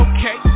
Okay